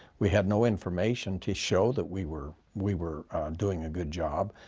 we had no information to show that we were we were doing a good job.